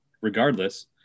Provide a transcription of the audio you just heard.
regardless